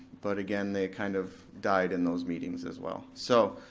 but again, they kind of died in those meetings as well. so,